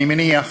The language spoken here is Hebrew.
אני מניח